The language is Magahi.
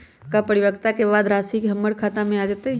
का परिपक्वता के बाद राशि हमर खाता में आ जतई?